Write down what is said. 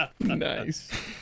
Nice